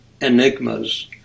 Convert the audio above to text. Enigmas